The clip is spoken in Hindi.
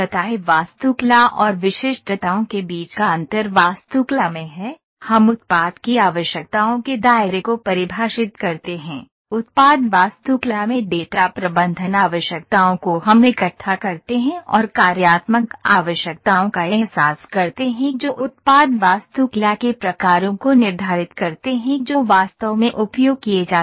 वास्तुकला और विशिष्टताओं के बीच का अंतर वास्तुकला में है हम उत्पाद की आवश्यकताओं के दायरे को परिभाषित करते हैं उत्पाद वास्तुकला में डेटा प्रबंधन आवश्यकताओं को हम इकट्ठा करते हैं और कार्यात्मक आवश्यकताओं का एहसास करते हैं जो उत्पाद वास्तुकला के प्रकारों को निर्धारित करते हैं जो वास्तव में उपयोग किए जा सकते हैं